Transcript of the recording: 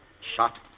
shot